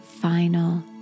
final